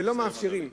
ולא מאפשרים,